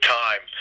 time